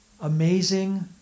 Amazing